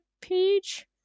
page